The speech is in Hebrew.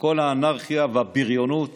כל האנרכיה והבריונות